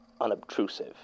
unobtrusive